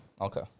Okay